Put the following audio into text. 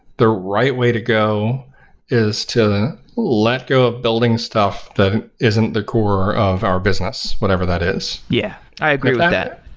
the right way to go is to let go of building stuff that isn't the core of our business, whatever that is. yeah, i agree with that.